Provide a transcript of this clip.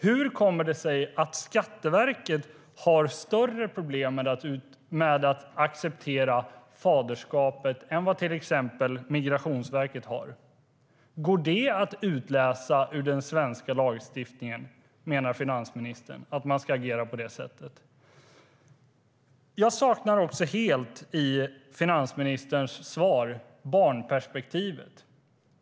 Hur kommer det sig att Skatteverket har större problem med att acceptera faderskap än till exempel Migrationsverket har? Går det att utläsa ur den svenska lagstiftningen? Menar finansministern att man ska agera på det sättet? I finansministerns svar saknar jag också helt barnperspektivet.